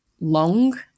long